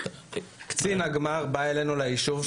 קצין הגמ"ר בא אלינו ליישוב,